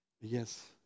Yes